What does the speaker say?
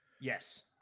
Yes